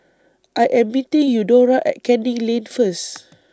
I Am meeting Eudora At Canning Lane First